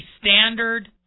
standard